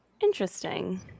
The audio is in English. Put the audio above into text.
Interesting